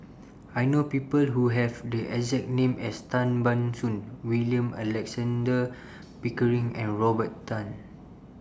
I know People Who Have The exact name as Tan Ban Soon William Alexander Pickering and Robert Tan